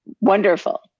wonderful